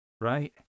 right